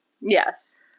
Yes